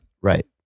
Right